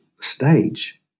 stage